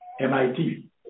MIT